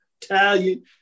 Italian